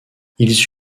ils